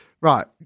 Right